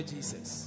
Jesus